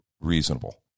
reasonable